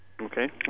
Okay